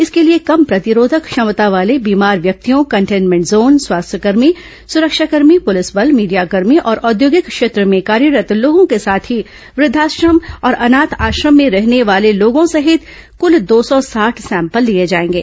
इसके लिए कम प्रतिरोधक क्षमता वाले बीमार व्यक्तियों कंटेनमेंट जोन स्वास्थ्यकर्मी सुरक्षाकर्मी पुलिस बल मीडियाकर्मी और औचोगिक क्षेत्र में कार्यरत लोगों के साथ ही वृद्वाश्रम और अनाथ आश्रम में रहने वाले लोगों सहित कल दो सौ साठ सैंपल लिए जाएंगे